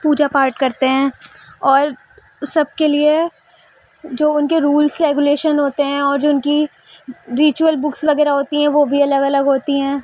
پوجا پاٹھ کرتے ہیں اور سب کے لیے جو ان کے رولس ریگولیشن ہوتے ہیں اور جو ان کی ریچوول بكس وغیرہ ہوتی ہیں وہ بھی الگ الگ ہوتی ہیں